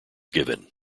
given